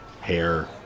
hair